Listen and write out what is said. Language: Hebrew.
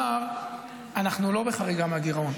רק חשוב לי לומר: אנחנו לא בחריגה מהגירעון,